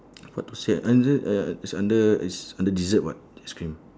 how to say ah under uh is under is under dessert [what] ice cream